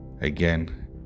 again